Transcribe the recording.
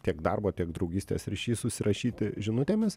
tiek darbo tiek draugystės ryšys susirašyti žinutėmis